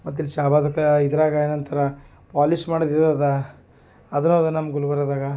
ಮತ್ತು ಇಲ್ಲಿ ಶಹಾಬಾದಾಕ ಇದ್ರಾಗೆ ಏನಂತಾರ ಪಾಲಿಷ್ ಮಾಡೋದು ಇದು ಅದಾ ಅದ್ರಾಗು ನಮ್ಮ ಗುಲ್ಬರ್ಗದಾಗ